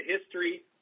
history